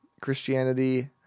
Christianity